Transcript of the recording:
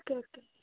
okay okay